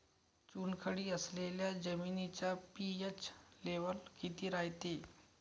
चुनखडी असलेल्या जमिनीचा पी.एच लेव्हल किती रायते?